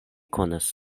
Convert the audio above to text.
konas